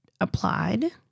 applied